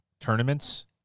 tournaments